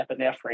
epinephrine